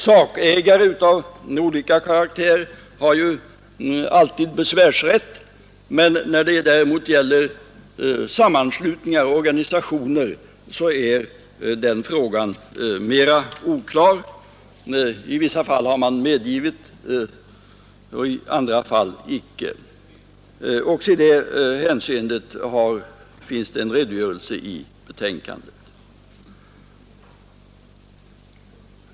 Sakägare av olika karaktär har alltid besvärsrätt, men när det gäller sammanslutningar, organisationer, är frågan mera oklar. I vissa fall har man medgivit besvärsrätt, i andra fall icke. Också i det hänseendet finns det en redogörelse i betänkandet.